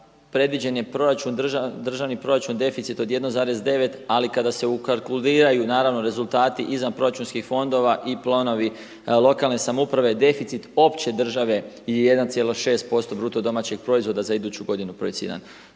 predviđen je državni proračun deficit od 1,9, ali kada se ukalkuliraju naravno rezultati izvan proračunskih fondova i planovi lokalne samouprave, deficit opće države je 1,6 posto bruto domaćeg proizvoda za iduću godinu projiciran.